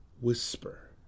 whisper